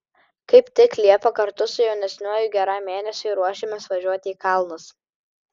kaip tik liepą kartu su jaunesniuoju geram mėnesiui ruošiamės važiuoti į kalnus